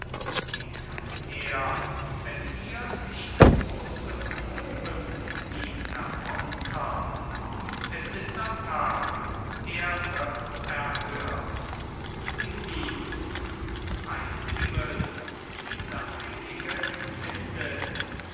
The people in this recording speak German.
wie kann er wenn hier nicht große proben ihn ermuntern es ist am tag er wird erhört sie liebt beim himmel diese heilige empfindet